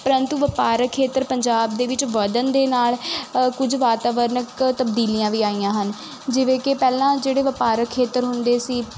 ਪਰੰਤੂ ਵਪਾਰਕ ਖੇਤਰ ਪੰਜਾਬ ਦੇ ਵਿੱਚ ਵਧਣ ਦੇ ਨਾਲ ਕੁਝ ਵਾਤਾਵਰਣਿਕ ਤਬਦੀਲੀਆਂ ਵੀ ਆਈਆਂ ਹਨ ਜਿਵੇਂ ਕਿ ਪਹਿਲਾਂ ਜਿਹੜੇ ਵਪਾਰਕ ਖੇਤਰ ਹੁੰਦੇ ਸੀ